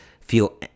feel